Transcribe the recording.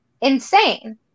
insane